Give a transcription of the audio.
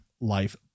life